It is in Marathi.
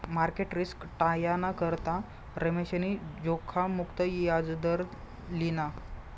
मार्केट रिस्क टायाना करता रमेशनी धोखा मुक्त याजदर लिना